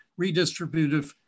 redistributive